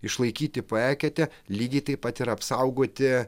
išlaikyti po eketę lygiai taip pat ir apsaugoti